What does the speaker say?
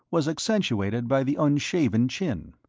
was accentuated by the unshaven chin.